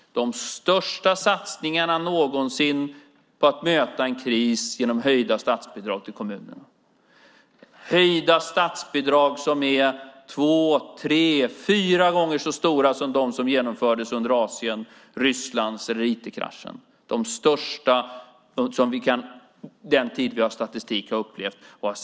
Det är de största satsningarna någonsin på att möta en kris genom höjda statsbidrag till kommunerna. Det är höjda statsbidrag som är två, tre eller fyra gånger så stora som de som genomfördes under Asien-, Rysslands eller IT-kraschen. Det är de största satsningarna under den tid som vi har statistik för och som vi har upplevt och sett.